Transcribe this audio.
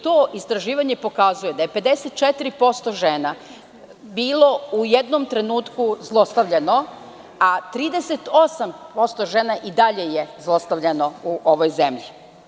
To istraživanje pokazuje da je 54% žena bilo u jednom trenutku zlostavljano, a 38% žena i dalje je zlostavljano u ovoj zemlji.